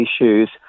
issues